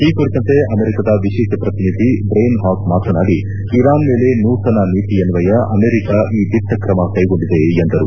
ಈ ಕುರಿತಂತೆ ಅಮೆರಿಕದ ವಿಶೇಷ ಪ್ರತಿನಿಧಿ ಬ್ರೇನ್ಹಾಕ್ ಮಾತನಾಡಿ ಇರಾನ್ ಮೇಲೆ ನೂತನ ನೀತಿಯನ್ನಯ ಅಮೆರಿಕ ಈ ದಿಟ್ಟಕ್ರಮ ಕ್ಕೆ ಗೊಂಡಿದೆ ಎಂದರು